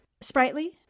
Sprightly